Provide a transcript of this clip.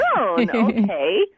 Okay